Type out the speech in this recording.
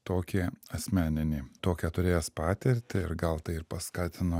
tokį asmeninį tokią turėjęs patirtį ir gal tai ir paskatino